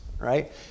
right